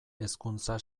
hezkuntza